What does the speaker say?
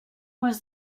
was